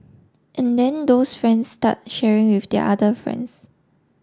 and then those friends start sharing with their other friends